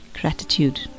gratitude